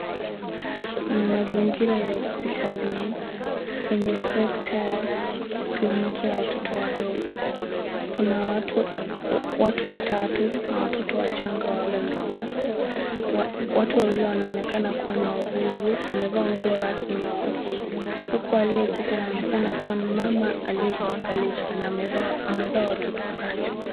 Ni mazingira ya hospitalini kwenye sekta ya kliniki ya watoto wadogo Kuna watu watatu na watoto wachanga wawili. Watu wawili wanaonekana kuwa ni wauguzi wamevaa nguo rasmi ya wauguzi huku aliyeketi anaonekana kuwa ni mama aliyejizalisha na amezaa watoto pacha.